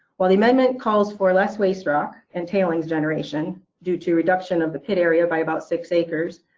while the amendment calls for less waste rock and tailings generation due to reduction of the pit area by about six acres,